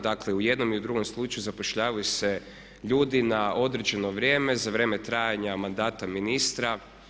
Dakle u jednom i u drugom slučaju zapošljavaju se ljudi na određeno vrijeme za vrijeme trajanja mandata ministra.